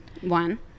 One